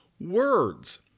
words